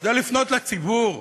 זה לפנות לציבור,